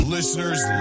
Listeners